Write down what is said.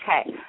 Okay